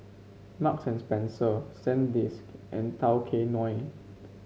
Marks and Spencer Sandisk and Tao Kae Noi